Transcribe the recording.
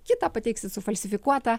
kitą pateiksit sufalsifikuotą